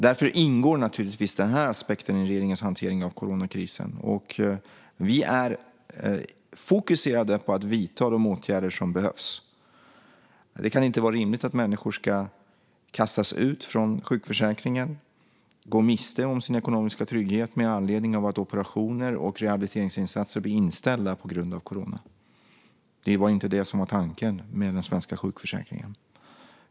Därför ingår naturligtvis den aspekten i regeringens hantering av coronakrisen. Vi är fokuserade på att vidta de åtgärder som behövs. Det kan inte vara rimligt att människor ska kastas ut från sjukförsäkringen och gå miste om sin ekonomiska trygghet med anledning av att operationer och rehabiliteringsinsatser blir inställda på grund av corona. Det var inte det som var tanken med den svenska sjukförsäkringen.